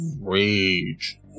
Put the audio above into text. rage